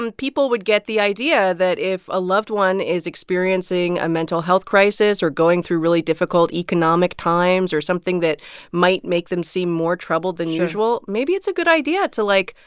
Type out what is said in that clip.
um people would get the idea that if a loved one is experiencing a mental health crisis or going through really difficult economic times or something that might make them seem more troubled. sure. than usual, maybe it's a good idea to, like,